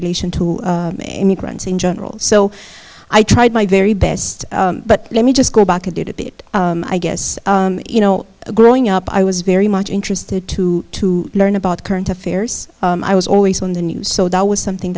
relation to immigrants in general so i tried my very best but let me just go back and did it i guess you know growing up i was very much interested too to learn about current affairs i was always on the news so that was something